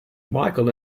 michael